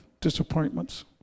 disappointments